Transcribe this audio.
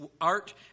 art